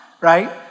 right